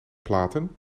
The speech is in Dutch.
platen